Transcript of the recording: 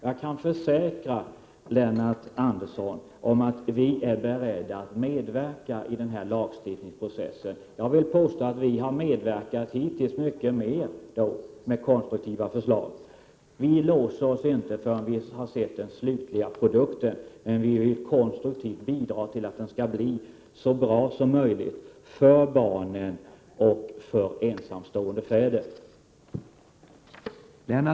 Jag kan försäkra Lennart Andersson att vi är beredda att medverka i denna lagstiftningsprocess. Jag vill påstå att det är vi som hittills har medverkat med de mest konstruktiva förslagen. Vi låser oss inte förrän vi har sett den slutliga produkten. Men vi vill konstruktivt bidra till att denna blir så bra som möjligt för barnen och de ensamstående fäderna.